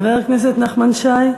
חבר הכנסת נחמן שי.